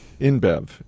InBev